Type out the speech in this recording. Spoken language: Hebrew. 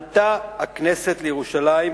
עלתה הכנסת לירושלים.